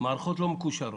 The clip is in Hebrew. מערכות לא מקושרות.